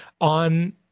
on –